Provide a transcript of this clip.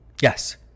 Yes